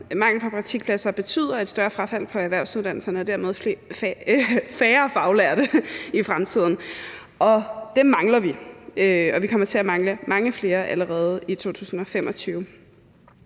Mangel på praktikpladser betyder et større frafald på erhvervsuddannelserne og dermed færre faglærte i fremtiden. Og dem mangler vi, og vi kommer til at mangle mange flere allerede i 2025.